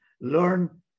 learn